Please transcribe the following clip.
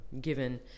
given